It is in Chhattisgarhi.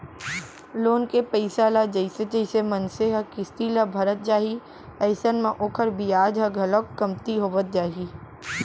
लोन के पइसा ल जइसे जइसे मनसे ह किस्ती ल भरत जाही अइसन म ओखर बियाज ह घलोक कमती होवत जाही